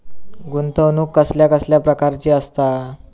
गुंतवणूक कसल्या कसल्या प्रकाराची असता?